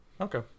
okay